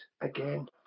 again